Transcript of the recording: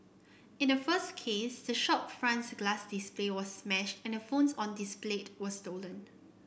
in the first case the shop front's glass display was smashed and the phones on displayed were stolen